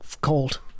cold